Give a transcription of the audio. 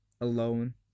alone